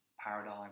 paradigm